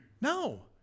No